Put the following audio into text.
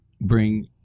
bring